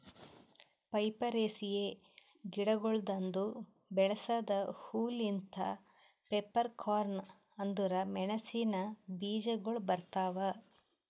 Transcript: ಪೈಪರೇಸಿಯೆ ಗಿಡಗೊಳ್ದಾಂದು ಬೆಳಸ ಹೂ ಲಿಂತ್ ಪೆಪ್ಪರ್ಕಾರ್ನ್ ಅಂದುರ್ ಮೆಣಸಿನ ಬೀಜಗೊಳ್ ಬರ್ತಾವ್